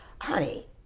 Honey